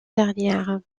dernière